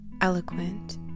eloquent